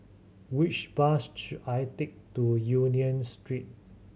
which bus should I take to Union Street